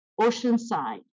Oceanside